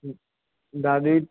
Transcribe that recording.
ॾाढी